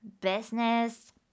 business